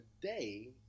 today